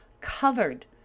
covered